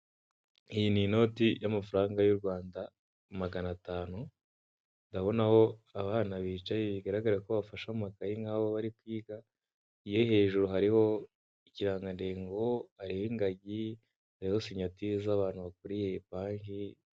Iyi ni inoti y'amafaranga y'u Rwanda magana atanu, ndabona aho abana bicaye bigaragara ko bafashe amakayi nkabo bari kwiga iyo hejuru hariho ikirangantego hariho ingagi hariho sinyatire abantu bakuriye banki.